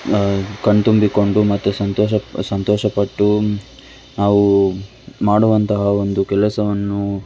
ಕಣ್ತುಂಬಿಕೊಂಡು ಮತ್ತು ಸಂತೋಷ ಸಂತೋಷಪಟ್ಟು ನಾವು ಮಾಡುವಂತಹ ಒಂದು ಕೆಲಸವನ್ನು